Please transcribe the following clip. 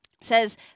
says